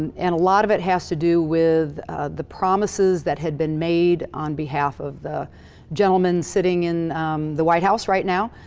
and and a lot of it has to do with the promises that had been made on behalf of the gentleman sitting in the white house right now.